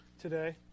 today